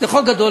זה חוק גדול.